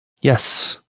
Yes